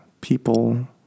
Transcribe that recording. people